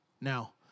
Now